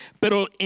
Pero